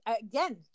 Again